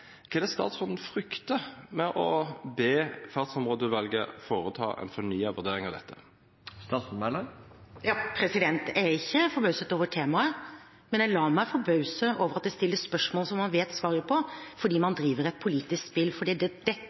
statsråden fryktar ved å be Fartsområdeutvalet gjera ei ny vurdering av dette? Jeg er ikke forbauset over temaet, men jeg lar meg forbause over at det stilles spørsmål som man vet svaret på, fordi man driver et politisk spill. For det er det